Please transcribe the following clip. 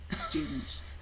student